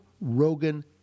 Rogan